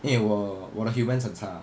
因为我我的 humans 很差